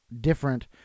different